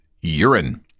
urine